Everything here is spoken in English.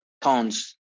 tons